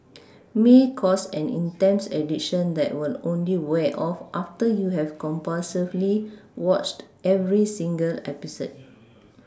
may cause an intense addiction that will only wear off after you have compulsively watched every single episode